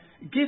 Give